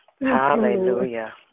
Hallelujah